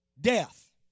death